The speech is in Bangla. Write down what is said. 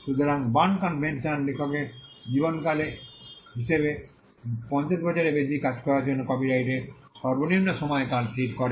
সুতরাং বার্ন কনভেনশন লেখকের জীবনকাল হিসাবে 50 বছরের বেশি কাজ করার জন্য কপিরাইটের সর্বনিম্ন সময়কাল স্থির করে